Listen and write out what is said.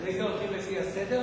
אחרי זה הולכים לפי הסדר,